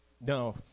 No